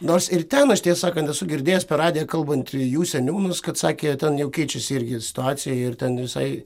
nors ir ten aš tiesą sakant esu girdėjęs per radiją kalbant jų seniūnus kad sakė ten jau keičiasi irgi situacija ir ten visai